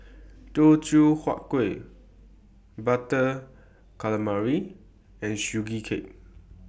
Teochew Huat Kueh Butter Calamari and Sugee Cake